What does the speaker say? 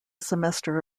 semester